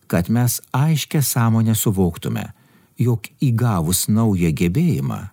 kad mes aiškia sąmone suvoktume jog įgavus naują gebėjimą